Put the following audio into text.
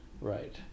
right